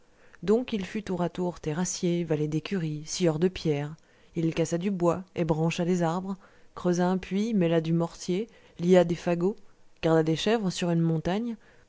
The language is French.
donc il fut tour à tour terrassier valet d'écurie scieur de pierres il cassa du bois ébrancha des arbres creusa un puits mêla du mortier lia des fagots garda des chèvres sur une montagne